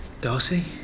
Darcy